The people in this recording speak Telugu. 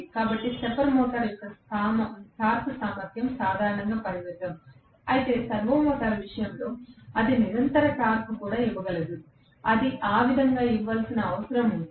కాబట్టి స్టెప్పర్ మోటారు యొక్క టార్క్ సామర్ధ్యం సాధారణంగా పరిమితం అయితే సర్వో మోటార్ విషయంలో అది నిరంతర టార్క్ కూడా ఇవ్వగలదు అది ఆ విధంగా ఇవ్వవలసిన అవసరం ఉంటే